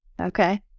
Okay